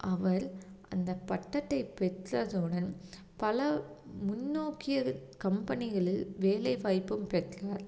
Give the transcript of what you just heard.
அவர் அந்த பட்டத்தை பெற்றதுடன் பல முன்னோக்கிய கம்பெனிகளில் வேலைவாய்ப்பும் பெற்றார்